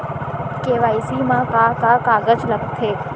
KYC मा का का कागज लगथे?